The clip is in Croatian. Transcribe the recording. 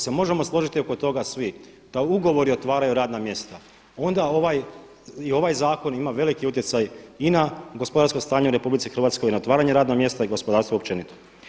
Ako se možemo složiti oko toga svi da ugovori otvaraju radna mjesta, onda i ovaj zakon ima veliki utjecaj i na gospodarsko stanje u RH, na otvaranje radnih mjesta i gospodarstvo općenito.